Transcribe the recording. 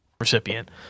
recipient